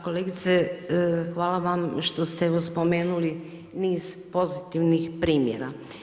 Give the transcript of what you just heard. Kolegice hvala vam što ste spomenuli niz pozitivnih primjera.